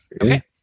Okay